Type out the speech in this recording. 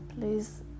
Please